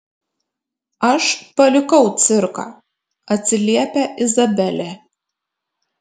aš palikau cirką atsiliepia izabelė